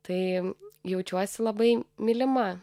tai jaučiuosi labai mylima